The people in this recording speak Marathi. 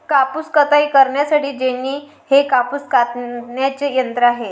कापूस कताई करण्यासाठी जेनी हे कापूस कातण्याचे यंत्र आहे